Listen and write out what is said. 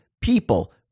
people